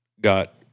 got